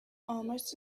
almost